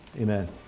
Amen